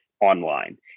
online